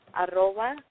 arroba